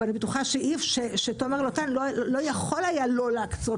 אני בטוחה שתומר לוטן לא יכול היה לא להקצות